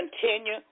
continue